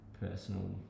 personal